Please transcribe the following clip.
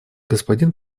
господин